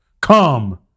Come